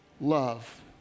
Love